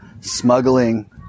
smuggling